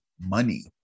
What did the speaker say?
money